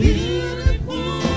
beautiful